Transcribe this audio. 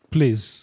Please